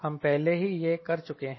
हम पहले ही यह कर चुके हैं